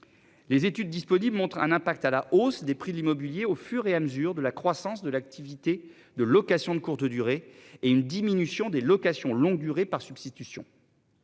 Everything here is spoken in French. Les études disponibles montrent un impact à la hausse des prix de l'immobilier au fur et à mesure de la croissance de l'activité de location de courte durée et une diminution des locations longue durée par substitution.